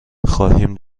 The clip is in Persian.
خواهیم